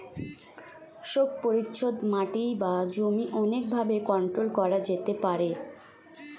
শোক পরিচ্ছদ মাটি বা জমি অনেক ভাবে কন্ট্রোল করা যেতে পারে